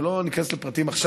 ולא ניכנס לפרטים עכשיו,